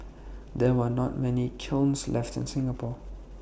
there are not many kilns left in Singapore